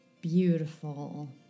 Beautiful